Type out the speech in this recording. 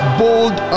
bold